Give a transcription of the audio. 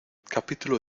capítulo